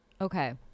Okay